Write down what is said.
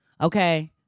Okay